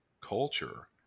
culture